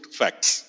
facts